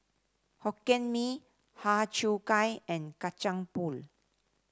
Hokkien Mee Har Cheong Gai and Kacang Pool